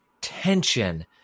tension